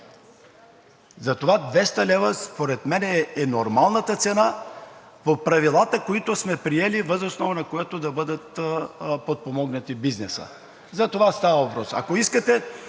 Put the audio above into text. Затова 200 лв. според мен е нормалната цена по правилата, които сме приели, въз основа на което да бъде подпомогнат и бизнесът. За това става въпрос. Ако искате,